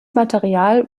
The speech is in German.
material